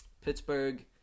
Pittsburgh